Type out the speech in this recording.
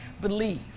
believe